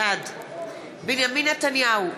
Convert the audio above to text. בעד בנימין נתניהו,